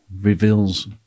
reveals